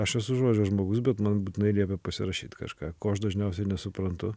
aš esu žodžio žmogus bet man būtinai liepia pasirašyt kažką ko aš dažniausiai nesuprantu